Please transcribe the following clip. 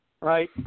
right